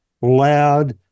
loud